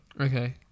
Okay